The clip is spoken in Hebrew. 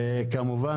וכמובן,